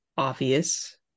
Obvious